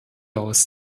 aus